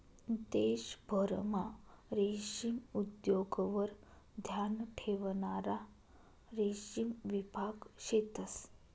देशभरमा रेशीम उद्योगवर ध्यान ठेवणारा रेशीम विभाग शेतंस